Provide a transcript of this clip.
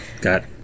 got